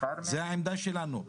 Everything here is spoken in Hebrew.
זאת העמדה שלנו.